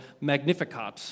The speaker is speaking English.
Magnificat